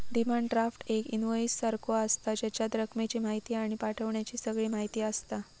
demand draft एक invoice सारखो आसता, जेच्यात रकमेची म्हायती आणि पाठवण्याची सगळी म्हायती आसता